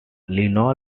lionel